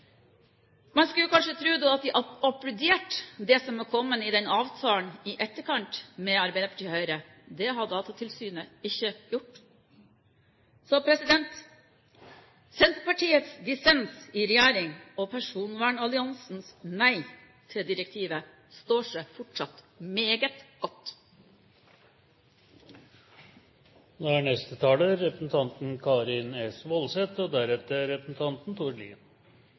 Man skulle kanskje tro at de applauderte det som er kommet i etterkant i avtalen mellom Arbeiderpartiet og Høyre. Det har Datatilsynet ikke gjort. Så Senterpartiets dissens i regjering og personvernalliansens nei til direktivet står seg fortsatt meget godt. Det er